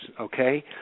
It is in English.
okay